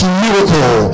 miracle